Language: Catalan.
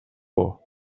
por